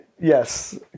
Yes